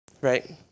right